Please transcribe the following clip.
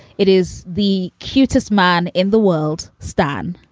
it is the cutest man in the world stan,